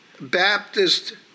Baptist